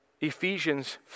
Ephesians